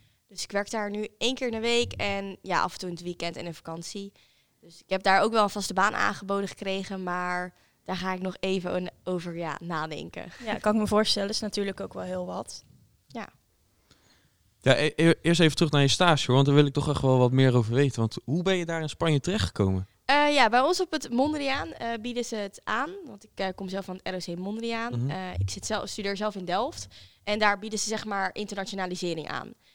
Dus ik werk daar nu één keer in de week en ja, af en toe in het weekend en in vakantie. Dus ik heb daar ook wel een vaste baan aangeboden gekregen, maar daar ga ik nog even een- over, ja, nadenken. Ja, kan ik me voorstellen. Is natuurlijk ook wel heel wat. Ja. Ja, e- e- eerst even terug naar je stage, hoor, want daar wil ik toch echt wel wat meer over weten. Want hoe ben je daar in Spanje terechtgekomen? Eh, ja, bij ons op het Mondriaan, eh, bieden ze het aan, want ik, eh, kom zelf van het ROC Mondriaan. Mhm. Eh, ik zit zelf- studeer zelf in Delft en daar bieden ze, zeg maar, internationalisering aan.